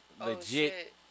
legit